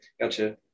Gotcha